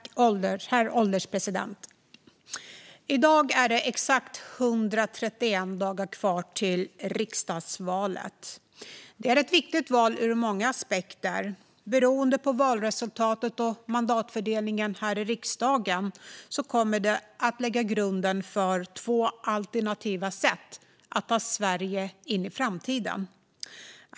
Herr ålderspresident! I dag är det exakt 131 dagar kvar till riksdagsvalet. Det är ett viktigt val ur många aspekter. Beroende på valresultatet och mandatfördelningen här i riksdagen kommer det att lägga grunden för två alternativa sätt att ta Sverige in i framtiden.